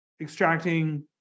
extracting